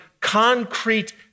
concrete